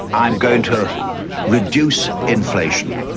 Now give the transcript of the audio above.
i'm going to reduce inflation,